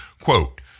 quote